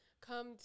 come